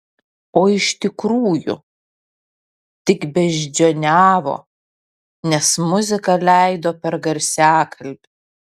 o iš tikrųjų tik beždžioniavo nes muziką leido per garsiakalbį